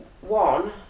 one